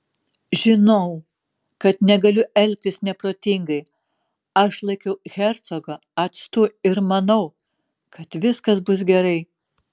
žinau kad negaliu elgtis neprotingai aš laikiau hercogą atstu ir manau kad viskas bus gerai